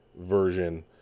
version